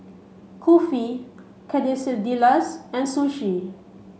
Kulfi Quesadillas and Sushi